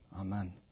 Amen